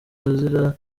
azira